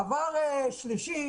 דבר שלישי,